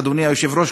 אדוני היושב-ראש,